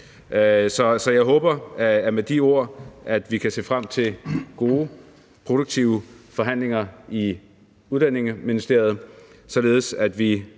Så med de ord håber jeg, at vi kan se frem til gode, produktive forhandlinger i Udlændingeministeriet, således at vi